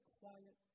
quiet